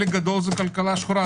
חלק גדול זו כלכלה שחורה.